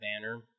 banner